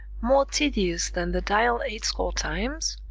more tedious than the dial eight score times?